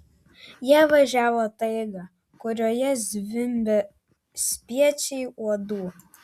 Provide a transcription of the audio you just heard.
jie važiavo taiga kurioje zvimbė spiečiai uodų